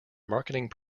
marketing